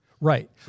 right